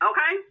Okay